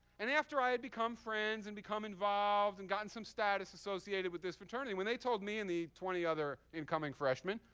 and after i had become friends and become involved and gotten some status associated with this fraternity, when they told me and the twenty other incoming freshmen,